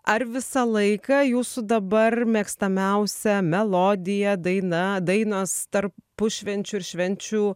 ar visą laiką jūsų dabar mėgstamiausia melodija daina dainos tarpušvenčiu ir švenčių